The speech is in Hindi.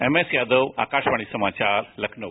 एमएसयादव आकाशवाणी समाचार लखनऊ